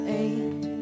eight